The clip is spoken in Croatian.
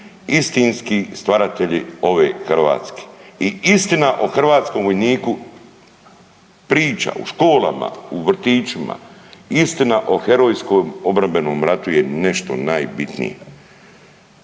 istinski stvaratelji ove Hrvatske i istina o hrvatskom vojniku priča u školama, vrtićima, istina o herojskom obrambenim ratu je nešto najbitnije.